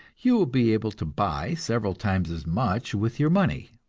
you will be able to buy several times as much with your money.